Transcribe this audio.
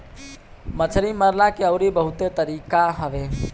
मछरी मारला के अउरी बहुते तरीका हवे